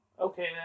Okay